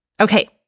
Okay